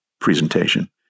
presentation